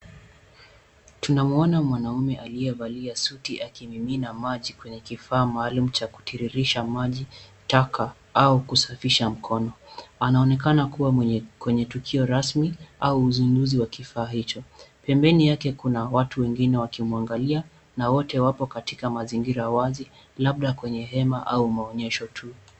Tunamuona mwanaume aliyevalia suti akimimina maji kwenye kifaa malumu cha kutiririsha maji taka, au kusafisha mkono. Anaonekana kuwa kwenye tukio rasmi, au uzinduzi wa kifaa hicho. Pembeni yake kuna watu wengine wakimwangalia, na wote wapo katika mazingira wazi labda kwenye hema au maonyesho tu.